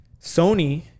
Sony